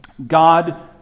God